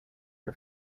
for